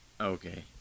Okay